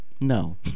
no